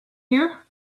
here